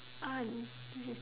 ah this is